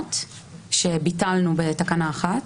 הקיימות שביטלנו בתקנה 1,